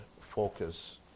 focus